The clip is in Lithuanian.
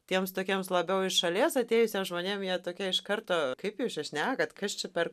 tiems tokiems labiau iš šalies atėjusiems žmonėm jie tokie iš karto kaip jūs čia šnekat kas čia per